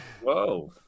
Whoa